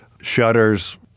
shutters